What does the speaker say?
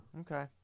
Okay